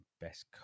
best